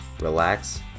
relax